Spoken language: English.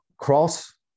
cross